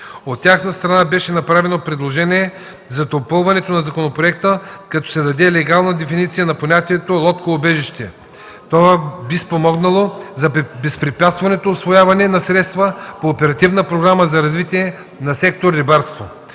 От тяхна страна беше направено предложение за допълването на законопроекта, като се даде легална дефиниция на понятието „лодкоубежище”. Това би спомогнало за безпрепятственото усвояване на средствата по оперативната програма за развитие на сектор „Рибарство”.